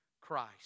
Christ